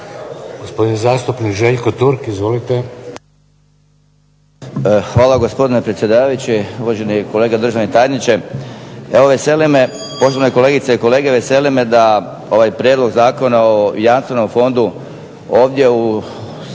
Gospodin zastupnik Željko Turk. Izvolite. **Turk, Željko (HDZ)** Hvala gospodine predsjedavajući, uvaženi kolege, državni tajniče. Evo veseli mi, poštovane kolegice i kolege veseli me da ovaj Prijedlog Zakona o jamstvenom fondu ovdje za